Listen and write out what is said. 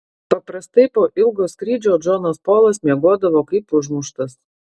paprastai po ilgo skrydžio džonas polas miegodavo kaip užmuštas